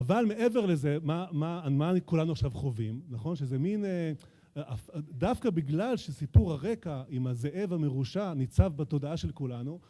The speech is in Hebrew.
אבל מעבר לזה, מה כולנו עכשיו חווים, נכון? שזה מין... דווקא בגלל שסיפור הרקע עם הזאב המרושע ניצב בתודעה של כולנו,